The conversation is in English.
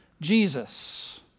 Jesus